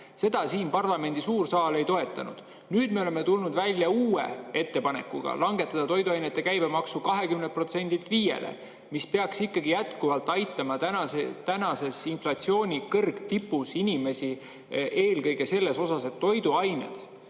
Seda parlamendi suur saal ei toetanud. Nüüd me oleme tulnud välja uue ettepanekuga, langetada toiduainete käibemaksu 20%‑lt 5%‑le, mis peaks aitama tänases inflatsiooni kõrgtipus inimesi eelkõige selles osas, et toiduainete